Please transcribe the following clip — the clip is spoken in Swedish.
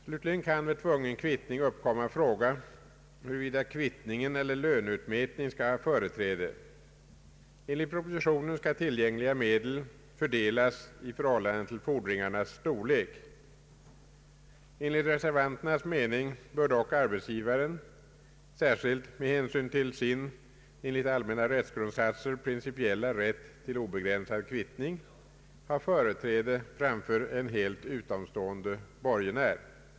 Slutligen kan vid tvungen kvittning uppkomma fråga, huruvida kvittning eller löneutmätning skall ha företräde. Enligt propositionen skall tillgängliga medel fördelas i förhållande till fordringarnas storlek. Enligt reservanternas mening bör dock arbetsgivaren, särskilt med hänsyn till sin enligt allmänna rättsgrundsatser principiella rätt till obegränsad kvittning, ha företräde framför en helt utomstående borgenär.